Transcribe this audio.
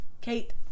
Kate